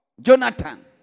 Jonathan